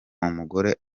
umugore